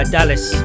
Dallas